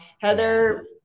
Heather